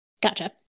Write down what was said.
Gotcha